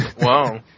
Wow